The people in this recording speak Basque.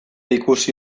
ikusi